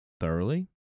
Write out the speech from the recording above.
thoroughly